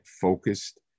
focused